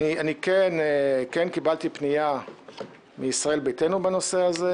כן קיבלתי פנייה מישראל ביתנו בנושא הזה.